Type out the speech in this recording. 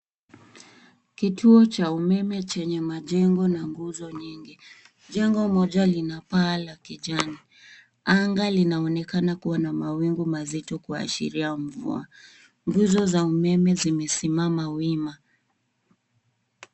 Kituo cha umeme chenye majengo na nguzo nyingi. Jengo moja lina paa la kijani. Anga linaonekana kuwa na mawingu mazito kuashiria mvua. Nguzo za umeme zimesimama wima.